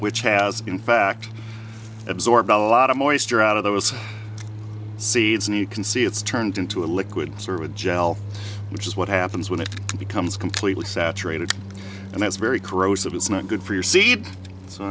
which has been fact absorb a lot of moisture out of those seeds and you can see it's turned into a liquid serve a gel which is what happens when it becomes completely saturated and that's very corrosive it's not good for your seed so